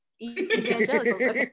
evangelical